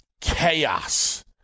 chaos